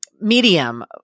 medium